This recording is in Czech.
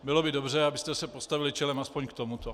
Bylo by dobře, kdybyste se postavili čelem aspoň k tomuto.